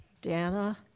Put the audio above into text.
dana